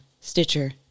Stitcher